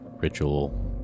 ritual